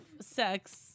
sex